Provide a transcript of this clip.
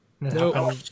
No